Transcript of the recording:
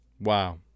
Wow